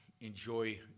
enjoy